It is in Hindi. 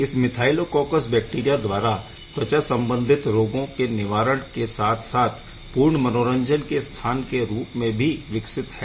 इस मिथाइलोकौकस बैक्टीरिया द्वारा त्वचा संबंधित रोगों के निवारण के साथ साथ पूर्ण मनोरंजन के स्थान के रूप में भी विकसित है